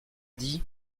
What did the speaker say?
dit